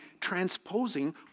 transposing